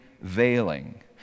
veiling